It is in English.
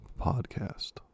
podcast